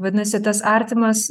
vadinasi tas artimas